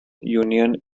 union